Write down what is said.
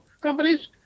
companies